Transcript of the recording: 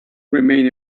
remain